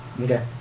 Okay